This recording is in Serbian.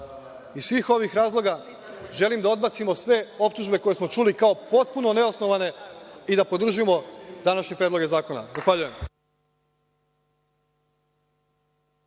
Iz svih ovih razloga želim da odbacimo sve optužbe koje smo čuli kao potpuno neosnovane i da podržimo današnje predloge zakona. Zahvaljujem.(Balša